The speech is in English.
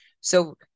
So-